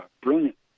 brilliant